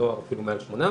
לנוער אפילו מעל 800,